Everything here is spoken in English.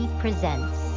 Presents